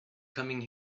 coming